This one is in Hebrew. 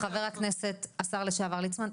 חבר הכנסת והשר לשעבר ליצמן,